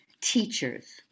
teachers